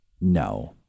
No